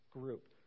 group